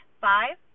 five